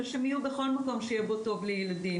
ושהם יהיו בכל מקום שיהיה בו טוב לילדים.